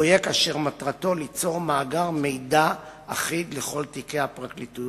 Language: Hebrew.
פרויקט אשר מטרתו ליצור מאגר מידע אחיד לכל תיקי הפרקליטויות,